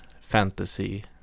fantasy